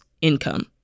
income